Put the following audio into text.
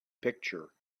picture